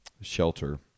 shelter